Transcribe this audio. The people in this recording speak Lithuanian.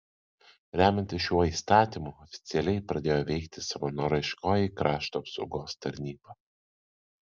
remiantis šiuo įstatymu oficialiai pradėjo veikti savanoriškoji krašto apsaugos tarnyba